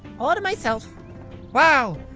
all to myself wow.